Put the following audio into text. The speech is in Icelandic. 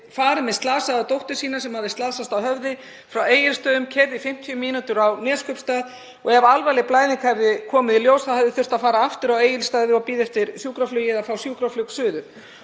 farið með dóttur sína, sem hafði slasast á höfði, frá Egilsstöðum og keyrt í 50 mínútur í Neskaupstað. Ef alvarleg blæðing hefði komið í ljós hefði þurft að fara aftur á Egilsstaði og bíða eftir sjúkraflugi eða fá sjúkraflug suður.